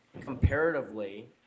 comparatively